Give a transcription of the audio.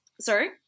Sorry